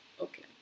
Okay